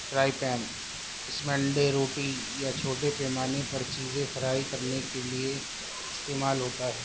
fry pan اس میں انڈے روٹی یا چھوٹے پیمانے پر چیزیں فرائی کرنے کے لیے استعمال ہوتا ہے